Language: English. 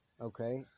Okay